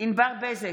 ענבר בזק,